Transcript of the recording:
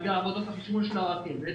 בגלל עבודות החשמול של הרכבת,